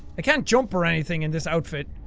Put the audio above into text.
ah can't jump or anything in this outfit